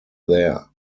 there